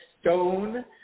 stone